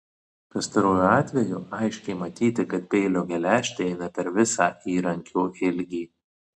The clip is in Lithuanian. pastaruoju atveju aiškiai matyti kad peilio geležtė eina per visą įrankio ilgį